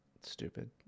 Stupid